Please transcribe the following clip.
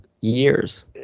years